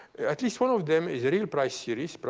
at least one of them is a real price series, but